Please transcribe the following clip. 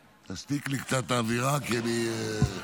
תשתיק לי קצת את האווירה כי אני מתאמץ.